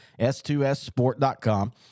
S2SSport.com